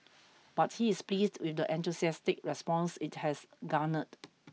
but he is pleased with the enthusiastic response it has garnered